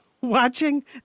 watching